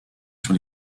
sur